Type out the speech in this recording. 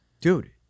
Dude